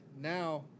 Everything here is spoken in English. now